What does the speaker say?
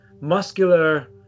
muscular